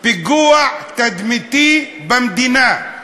פיגוע תדמיתי במדינה,